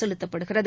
செலுத்தப்படுகிறது